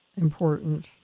important